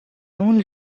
only